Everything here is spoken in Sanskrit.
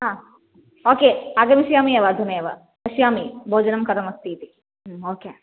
हा ओके आगमिष्यामि एव अधुना एव पश्यामि भोजनं कथमस्ति इति ह्म् ओके